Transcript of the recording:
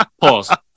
Pause